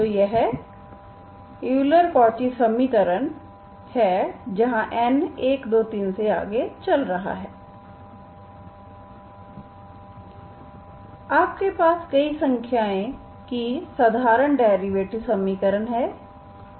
तो यह Euler Cauchy समीकरण है जहां n 1 2 3 से आगे चल रहा है आपके पास कई संख्याएं की साधारण डेरिवेटिव समीकरण हैं